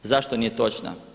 Zašto nije točna?